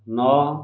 ନଅ